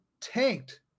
tanked